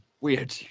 weird